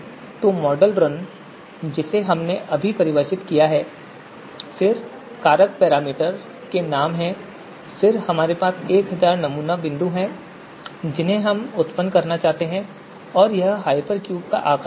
तो मॉडलरुन जिसे हमने अभी परिभाषित किया है फिर कारक पैरामीटर के नाम हैं फिर हमारे पास 1000 नमूना बिंदु हैं जिन्हें हम उत्पन्न करना चाहते हैं और यह हाइपरक्यूब का आकार भी है